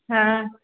हाँ